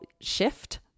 shift